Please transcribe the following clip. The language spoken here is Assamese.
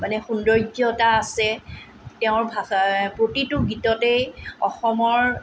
মানে সৌন্দৰ্যতা আছে তেওঁৰ ভাষা প্ৰতিটো গীততেই অসমৰ